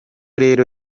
rero